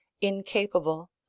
incapable